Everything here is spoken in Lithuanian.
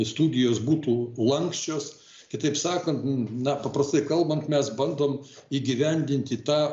studijos būtų lanksčios kitaip sakant na paprastai kalbant mes bandom įgyvendinti tą